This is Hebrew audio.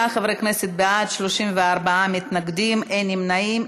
29 חברי כנסת בעד, 34 מתנגדים, אין נמנעים.